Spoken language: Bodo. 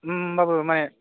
होनबाबो माने